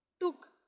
took